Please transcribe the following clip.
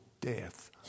death